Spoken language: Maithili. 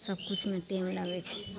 सबकिछुमे टाइम लगै छै